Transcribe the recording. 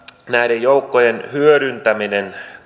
näiden joukkojen hyödyntäminen